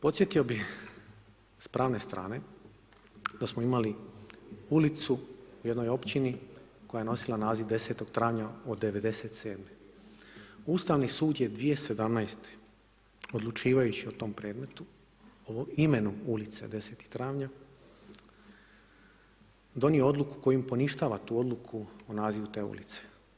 Podsjetio bih sa pravne strane, da smo imali ulicu u jednoj općini koja je nosila naziv 10. travnja od '97., Ustavni sud je 2017. odlučivajući o tom predmetu u imenu ulice 10. travnja donio odluku kojom poništava tu odluku u nazivu te ulice.